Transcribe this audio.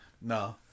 No